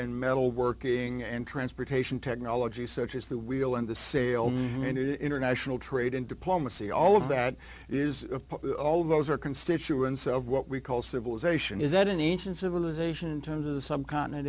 and metalworking and transportation technology such as the wheel and the sale and international trade and diplomacy all of that is all of those are constituents of what we call civilization is that an ancient civilization in terms of the sub continent